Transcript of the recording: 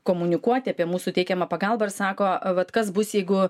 komunikuoti apie mūsų teikiamą pagalbą ir sako vat kas bus jeigu